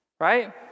Right